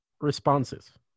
responses